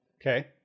Okay